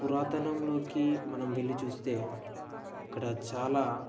పురాతనంలోకి మనం వెళ్లి చూస్తే ఇక్కడ చాలా